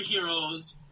superheroes